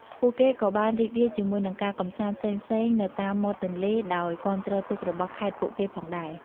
ពួកគេក៏បានរីករាយជាមួយ នឹងការកម្សាន្តផ្សេងៗនៅតាមមាត់ទន្លេ ដោយគាំទ្រទូករបស់ខេត្តពួកគេផងដែរ។